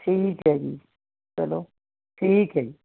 ਠੀਕ ਐ ਜੀ ਚਲੋ ਠੀਕ ਐ ਜੀ